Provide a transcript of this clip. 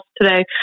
today